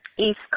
East